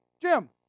Jim